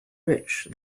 rich